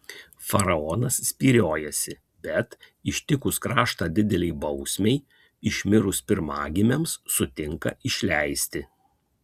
faraonas spyriojasi bet ištikus kraštą didelei bausmei išmirus pirmagimiams sutinka išleisti